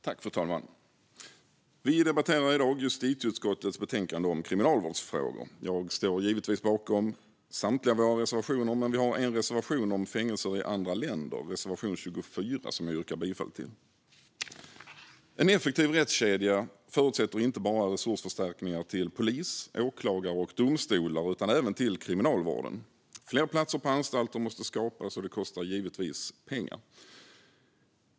Fru talman! Vi debatterar i dag justitieutskottets betänkande om kriminalvårdsfrågor. Jag står givetvis bakom samtliga våra reservationer, men vi har en reservation om fängelser i andra länder, reservation 24, som jag yrkar bifall till. En effektiv rättskedja förutsätter inte bara resursförstärkningar till polis, åklagare och domstolar utan även till kriminalvården. Fler platser på anstalter måste skapas, och det kostar givetvis pengar.